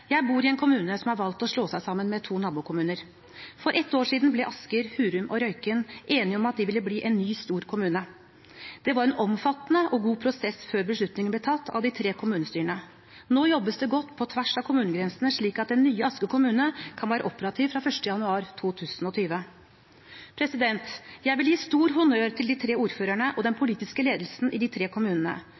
Jeg bor i en kommune som har valgt å slå seg sammen med to nabokommuner. For ett år siden ble Asker, Hurum og Røyken enige om at de ville bli en ny stor kommune. Det var en omfattende og god prosess før beslutningen ble tatt av de tre kommunestyrene. Nå jobbes det godt på tvers av kommunegrensene slik at den nye Asker kommune kan være operativ fra 1. januar 2020. Jeg vil gi stor honnør til de tre ordførerne og den politiske ledelsen i de tre kommunene,